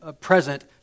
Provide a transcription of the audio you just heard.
present